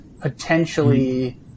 potentially